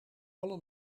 alle